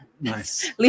Nice